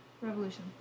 Revolution